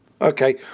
Okay